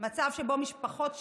מצב שבו משפחות שלמות,